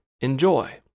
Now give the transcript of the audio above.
enjoy